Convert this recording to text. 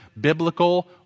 biblical